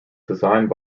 designed